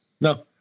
No